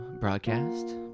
broadcast